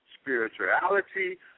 spirituality